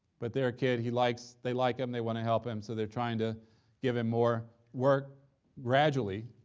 but they're a kid he likes they like him, they want to help him, so they're trying to give him more work gradually,